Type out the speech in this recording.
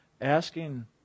asking